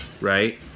right